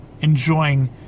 ...enjoying